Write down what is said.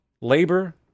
Labor